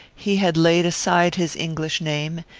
he had laid aside his english name,